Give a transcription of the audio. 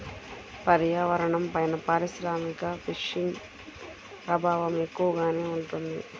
పర్యావరణంపైన పారిశ్రామిక ఫిషింగ్ ప్రభావం ఎక్కువగానే ఉంటుంది